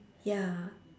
ya